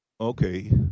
Okay